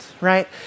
right